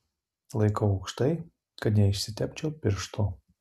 laikau aukštai kad neišsitepčiau pirštų